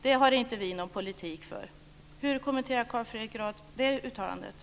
Det har inte moderaterna någon politik för. Hur kommenterar Carl Fredrik Graf det uttalandet?